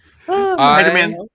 Spider-Man